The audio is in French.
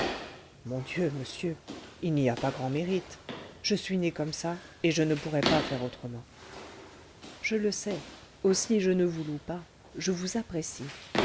mon dieu monsieur il n'y a pas grand mérite je suis né comme ça et je ne pourrais pas faire autrement je le sais aussi je ne vous loue pas je vous apprécie